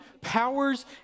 powers